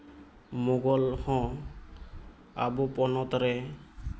ᱢᱩᱜᱷᱚᱞ ᱦᱚᱸ ᱟᱵᱚ ᱯᱚᱱᱚᱛ ᱨᱮ